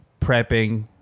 prepping